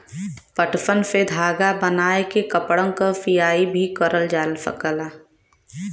पटसन से धागा बनाय के कपड़न क सियाई भी करल जाला